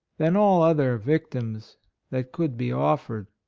than all other victims that could be offered.